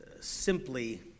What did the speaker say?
simply